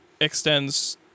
extends